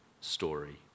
story